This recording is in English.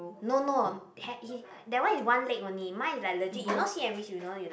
no no that one is one leg only mine is like legit you know sit and reach you know you like